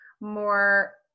more